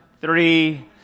three